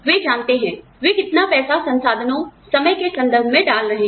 वे जानते हैं वे कितना पैसा संसाधनों समय के संदर्भ में डाल रहे हैं